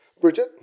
Bridget